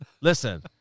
Listen